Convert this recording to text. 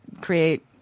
create